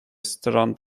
stron